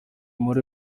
muri